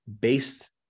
based